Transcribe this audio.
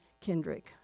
Kendrick